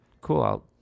cool